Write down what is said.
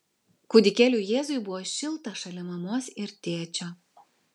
kūdikėliui jėzui buvo šilta šalia mamos ir tėčio